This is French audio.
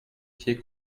pied